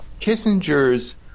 kissinger's